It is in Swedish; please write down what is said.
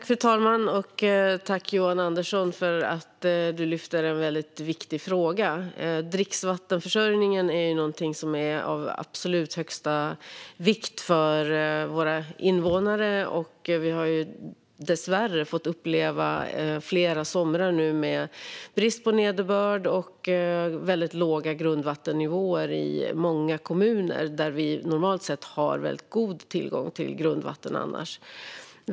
Fru talman! Tack, Johan Andersson, för att du lyfter upp en viktig fråga! Dricksvattenförsörjningen är av absolut största vikt för våra invånare. Vi har dessvärre fått uppleva flera somrar nu med brist på nederbörd och väldigt låga grundvattennivåer i många kommuner där vi normalt har god tillgång till grundvatten.